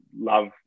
love